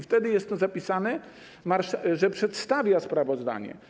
Wtedy jest to zapisane, że on przedstawia sprawozdanie.